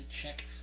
check